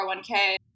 401k